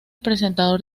presentador